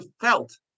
felt